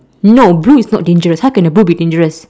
no blue is not dangerous how can a blue be dangerous